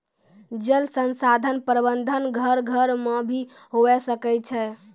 जल संसाधन प्रबंधन घर घर मे भी हुवै सकै छै